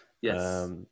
Yes